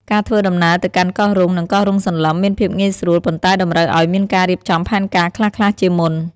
ការធ្វើដំណើរទៅកាន់កោះរ៉ុង និងកោះរ៉ុងសន្លឹមមានភាពងាយស្រួល ប៉ុន្តែតម្រូវឲ្យមានការរៀបចំផែនការខ្លះៗជាមុន។